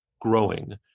growing